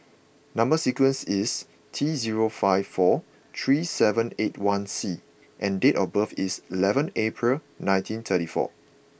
number sequence is T zero five four three seven eight one C and date of birth is eleventh April nineteen thirty four